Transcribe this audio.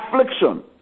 affliction